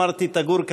אמרתי: תגור,